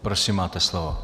Prosím, máte slovo.